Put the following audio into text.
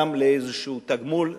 גם לאיזשהו תגמול.